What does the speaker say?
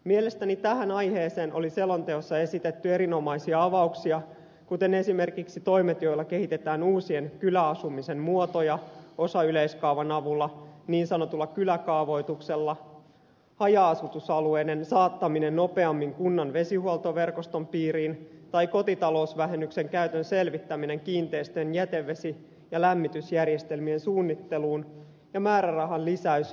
mielestäni tähän aiheeseen oli selonteossa esitetty erinomaisia avauksia kuten esimerkiksi toimet joilla kehitetään uusia kyläasumisen muotoja osayleiskaavan avulla niin sanotulla kyläkaavoituksella haja asutusalueiden saattaminen nopeammin kunnan vesihuoltoverkoston piiriin tai kotitalousvähennyksen käytön selvittäminen kiinteistöjen jätevesi ja lämmitysjärjestelmien suunnitteluun ja määrärahan lisäys yhdysvesijohtojen rakentamiseen